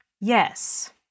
Yes